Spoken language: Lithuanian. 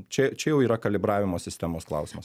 čia čia jau yra kalibravimo sistemos klausimas